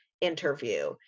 interview